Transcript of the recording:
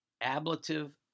ablative